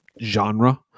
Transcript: genre